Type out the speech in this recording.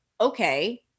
okay